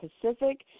Pacific